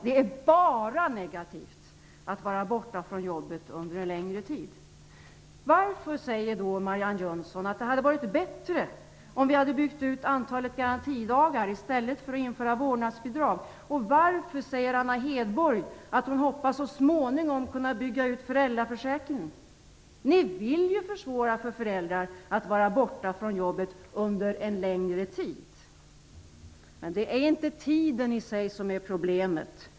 Det är bara negativt att vara borta från jobbet under en längre tid. Varför säger då Marianne Jönsson att det hade varit bättre om vi hade byggt ut antalet garantidagar i stället för att införa vårdnadsbidrag? Och varför säger Anna Hedborg att hon hoppas att så småningom kunna bygga ut föräldraförsäkringen? Ni vill ju försvåra för föräldrar att vara borta från jobbet under en längre tid! Men det är inte tiden i sig som är problemet.